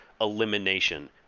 elimination